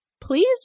Please